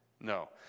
No